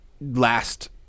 last